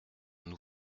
nous